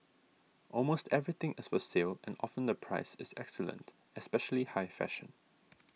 almost everything is for sale and often the price is excellent especially high fashion